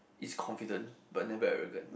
is confident but never arrogant